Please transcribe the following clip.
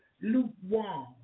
lukewarm